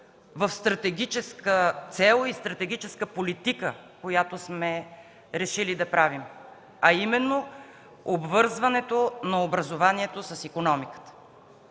в стратегическа цел и стратегическа политика, която сме решили да правим, а именно обвързването на образованието с икономиката.